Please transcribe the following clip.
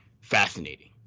fascinating